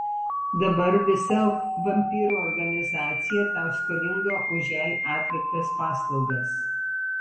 dabar visa vampyrų organizacija tau skolinga už jai atliktas paslaugas